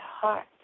heart